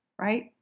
right